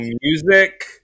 music